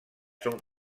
són